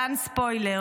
להלן ספוילר,